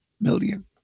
million